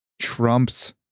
trumps